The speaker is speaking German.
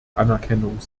anerkennung